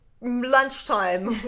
lunchtime